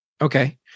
Okay